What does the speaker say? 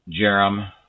Jerem